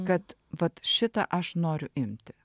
kad vat šitą aš noriu imti